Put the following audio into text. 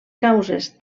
causes